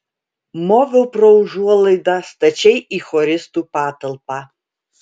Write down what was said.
moviau pro užuolaidą stačiai į choristų patalpą